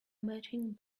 marching